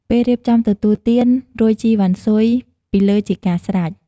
ពេលរៀបចំទទួលទាន រោយជីរវ៉ាន់ស៊ុយពីលើជាការស្រេច។